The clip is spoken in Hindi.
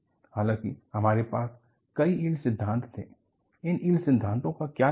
हालांकि आपके पास कई यील्ड सिद्धांत थे इन यील्ड सिद्धांतों का क्या लाभ है